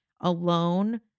alone